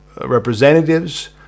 representatives